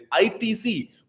ITC